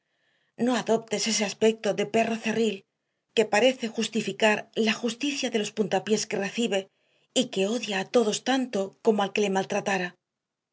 no adoptes ese aspecto de perro cerril que parece justificar la justicia de los puntapiés que recibe y que odia a todos tanto como al que le maltratara